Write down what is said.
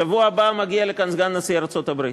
בשבוע הבא מגיע לכאן סגן נשיא ארצות-הברית.